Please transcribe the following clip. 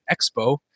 Expo